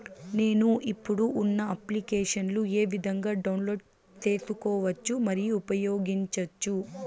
నేను, ఇప్పుడు ఉన్న అప్లికేషన్లు ఏ విధంగా డౌన్లోడ్ సేసుకోవచ్చు మరియు ఉపయోగించొచ్చు?